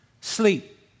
sleep